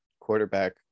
quarterback